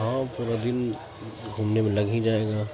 ہاں پورا دن گھومنے میں لگ ہی جائے گا